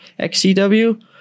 XCW